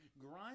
grind